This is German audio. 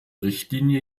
richtlinie